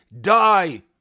die